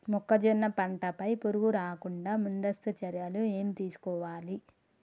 మొక్కజొన్న పంట పై పురుగు రాకుండా ముందస్తు చర్యలు ఏం తీసుకోవాలి?